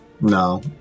no